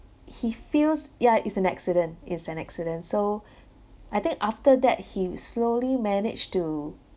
he feels yeah it's an accident is an accident so I think after that he slowly managed to